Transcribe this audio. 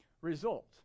result